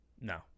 No